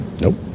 Nope